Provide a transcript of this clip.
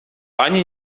ani